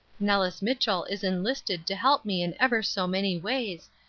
nellis mitchell is enlisted to help me in ever so many ways,